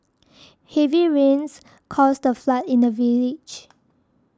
heavy rains caused a flood in the village